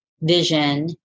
vision